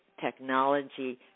technology